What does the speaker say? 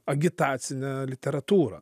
agitacinę literatūrą